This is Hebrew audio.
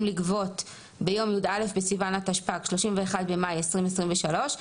לגבות ביום י"א בסיון התשפ"ג (31 במאי 2023)